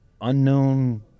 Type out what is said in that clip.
unknown